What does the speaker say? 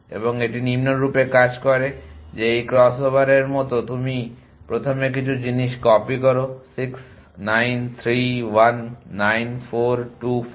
এবং এটি নিম্নরূপ কাজ করে যে এই ক্রসওভারের মতো তুমি প্রথমে কিছু জিনিস কপি করো 6 9 3 1 9 4 2 5